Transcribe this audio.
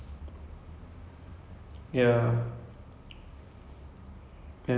start a war lah then everyone was killed off at the same time which was